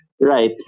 Right